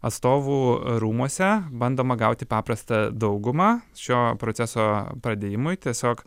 atstovų rūmuose bandoma gauti paprastą daugumą šio proceso pradėjimui tiesiog